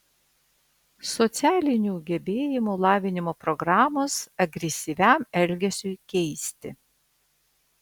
socialinių gebėjimų lavinimo programos agresyviam elgesiui keisti